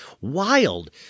wild